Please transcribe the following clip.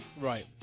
Right